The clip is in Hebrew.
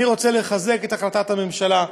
אני רוצה לחזק את החלטת הממשלה,